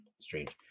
Strange